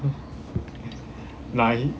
nani